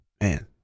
Man